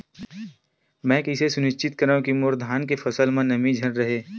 मैं कइसे सुनिश्चित करव कि मोर धान के फसल म नमी झन रहे?